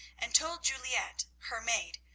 and told juliette, her maid,